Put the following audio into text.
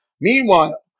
Meanwhile